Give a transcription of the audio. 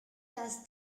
das